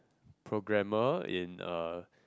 programmer in a